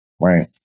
right